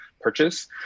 purchase